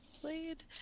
Played